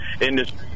industry